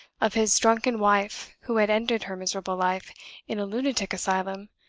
of his drunken wife who had ended her miserable life in a lunatic asylum,